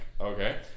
okay